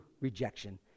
rejection